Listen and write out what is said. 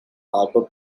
harbour